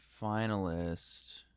finalist